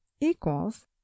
equals